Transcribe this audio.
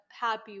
happy